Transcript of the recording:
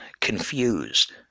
confused